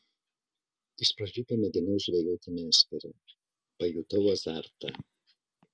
iš pradžių pamėginau žvejoti meškere pajutau azartą